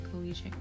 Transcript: collegiate